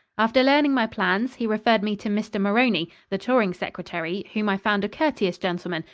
after learning my plans, he referred me to mr. maroney, the touring secretary, whom i found a courteous gentleman,